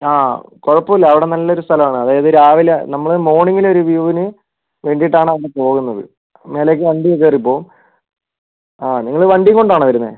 അ കുഴപ്പമില്ല അവിടെ നല്ല ഒരു സ്ഥലമാണ് അതായത് രാവിലെ നമ്മൾ മോർണിംഗില് ഒരു വ്യൂന് വേണ്ടീട്ടാണ് അവിടെ പോകുന്നത് മേലേക്ക് വണ്ടി കയറി പോവും അതെ നിങ്ങൾ വണ്ടി കൊണ്ടാണോ വരുന്നത്